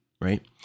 right